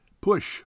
Push